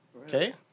Okay